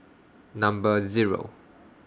Number Zero